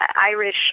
Irish